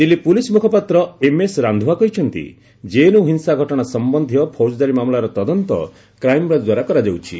Delhi police ମୁଖପାତ୍ର MS Randhawa କହିଛନ୍ତି JNU ହିଂସା ଘଟଣା ସମ୍ୟନ୍ଧୀୟ ଫୌକଦାରୀ ମାମଲାର ତଦନ୍ତ କ୍ରାଇମ୍ବ୍ରାଞ୍ଚ ଦ୍ୱାରା କରାଯାଉଛି